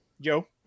Joe